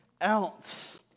else